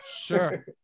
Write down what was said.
sure